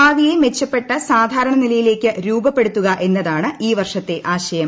ഭാവിയെ മെച്ചപ്പെട്ട സാധാരണ നിലയിലേയ്ക്ക് രൂപപ്പെടുത്തുക എന്നതാണ് ഈ വർഷത്തെ ആശയം